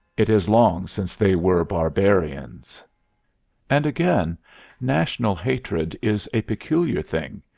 it is long since they were barbarians and again national hatred is a peculiar thing.